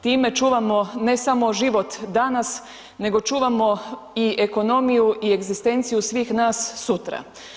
Time čuvamo ne samo život danas nego čuvamo i ekonomiju i egzistenciju svih nas sutra.